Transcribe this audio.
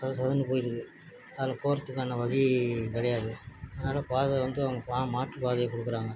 சொத சொதன்னு போயிடுது அதில் போகிறதுக்கான வழி கிடையாது அதனால் பாதை கொஞ்சம் பா மாற்று பாதையை கொடுக்குறாங்க